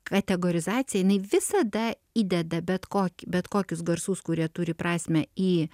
kategorizacija jinai visada įdeda bet kokį bet kokius garsus kurie turi prasmę į